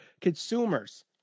consumers